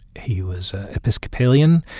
he was episcopalian,